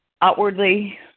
outwardly